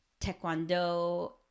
taekwondo